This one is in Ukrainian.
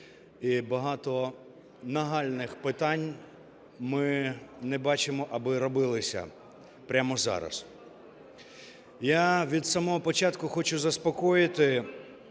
і багато нагальних питань ми не бачимо, аби робилися прямо зараз. Я від самого початку хочу заспокоїти,